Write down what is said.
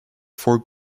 four